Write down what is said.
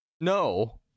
No